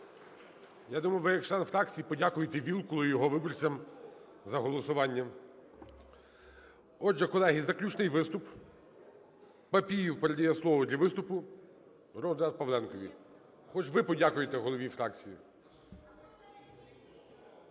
Я думав ви як член фракції подякуєтеВілкулу і його виборцям за голосування. Отже, колеги, заключний виступ. Папієв передає слово для виступу народному депутату Павленкові. Хоч ви подякуйте голові фракції.